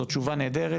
זאת תשובה נהדרת.